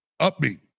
upbeat